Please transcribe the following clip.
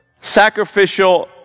sacrificial